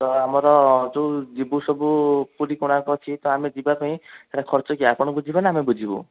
ତ ଆମର ଯେଉଁ ଯିବୁ ସବୁ ପୁରୀ କୋଣାର୍କ ଅଛି ତ ଆମେ ଯିବା ପାଇଁ ସେଇଟା ଖର୍ଚ୍ଚ କିଏ ଆପଣ ବୁଝିବେ ନା ଆମେ ବୁଝିବୁ